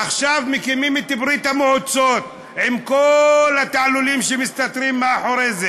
עכשיו מקימים את "ברית המועצות" עם כל התעלולים שמסתתרים מאחורי זה,